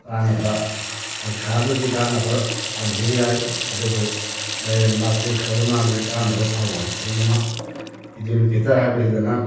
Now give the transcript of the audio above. ꯀꯥꯟꯅꯕ ꯁꯪꯁꯥꯔꯗꯗꯤ ꯀꯥꯟꯅꯕ ꯐꯪꯈꯤꯕ ꯌꯥꯏ ꯑꯗꯨꯕꯨ ꯂꯥꯏꯔꯩꯕꯥꯛꯇ ꯏꯁꯣꯔꯒꯤ ꯃꯅꯥꯛꯇ ꯀꯥꯟꯅꯕ ꯐꯪꯉꯣꯏ ꯑꯗꯨꯅ ꯃꯥ ꯏꯗꯨꯜ ꯐꯤꯇꯔ ꯍꯥꯏꯕꯁꯤꯗꯅ